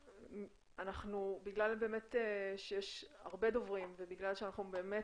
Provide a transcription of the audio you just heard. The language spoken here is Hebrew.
אנחנו בגלל שיש הרבה דוברים ובגלל שאנחנו באמת